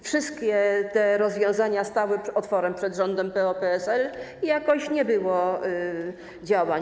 Wszystkie te rozwiązania stały otworem przed rządem PO-PSL i jakoś nie było działań.